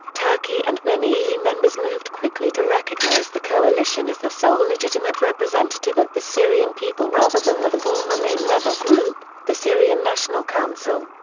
turkey and many eu members moved quickly to recognise the coalition as the sole legitimate representative of the syrian people rather than the former main rebel group, the syrian national council.